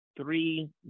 three